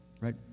right